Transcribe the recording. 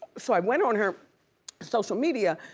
so i went on her social media,